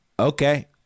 Okay